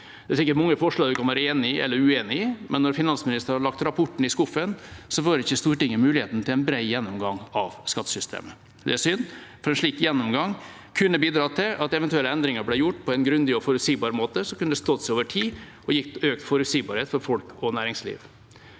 Det er sikkert mange forslag man kan være enig eller uenig i, men når finansministeren har lagt rapporten i skuffen, får ikke Stortinget muligheten til en bred gjennomgang av skattesystemet. Det er synd, for en slik gjennomgang kunne bidratt til at eventuelle endringer ble gjort på en grundig og forutsigbar måte som kunne stått seg over tid, og gitt økt forutsigbarhet for folk og næringsliv.